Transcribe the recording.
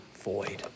void